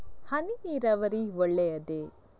ಹನಿ ನೀರಾವರಿ ಒಳ್ಳೆಯದೇ?